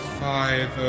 five